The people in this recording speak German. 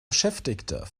beschäftigter